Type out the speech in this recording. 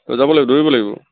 যাব লাগিব দৌৰিব লাগিব